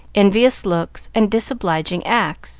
envious looks, and disobliging acts